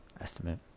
estimate